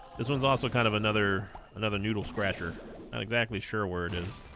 this one's also kind of another another noodle scratcher not exactly sure where it is